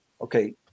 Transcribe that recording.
Okay